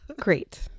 Great